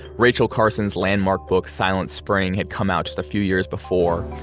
rachel carson's landmark book, silent spring, had come out just a few years before,